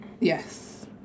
Yes